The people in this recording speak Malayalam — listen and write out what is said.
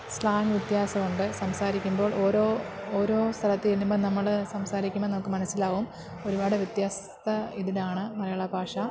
സ്ലാങ് വ്യത്യാസമുണ്ട് സംസാരിക്കുമ്പോൾ ഓരോ ഓരോ സ്ഥലത്ത് ചെല്ലുമ്പോൾ നമ്മൾ സംസാരിക്കുമ്പോൾ നമുക്ക് മനസ്സിലാകും ഒരുപാട് വ്യത്യസ്ത ഇതിലാണ് മലയാള ഭാഷ